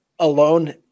alone